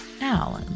Now